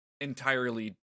entirely